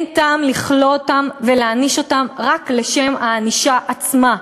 אין טעם לכלוא אותם ולהעניש אותם רק לשם הענישה עצמה.